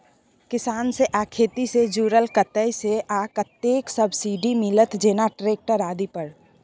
किसान से आ खेती से जुरल कतय से आ कतेक सबसिडी मिलत, जेना ट्रैक्टर आदि पर?